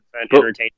entertainment